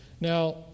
Now